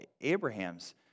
Abraham's